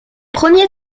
premiers